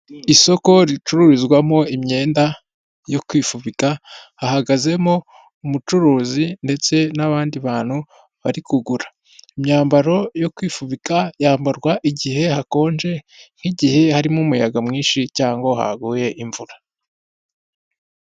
Isoko ricururizwamo imyenda yo kwifubika, hahagazemo umucuruzi ndetse n'abandi bantu bari kugura. Imyambaro yo kwifubika, yambarwa igihe hakonje, nk'igihe harimo umuyaga mwinshi cyangwa haguye imvura.